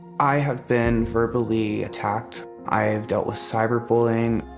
i have been verbally attacked. i've dealt with cyberbullying.